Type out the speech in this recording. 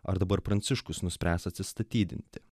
ar dabar pranciškus nuspręs atsistatydinti